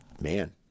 man